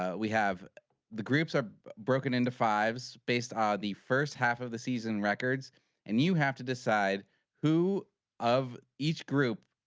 ah we have the groups are broken into fives based the first half of the season records and you have to decide who of each group.